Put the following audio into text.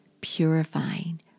purifying